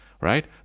right